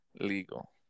legal